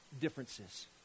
differences